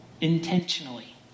intentionally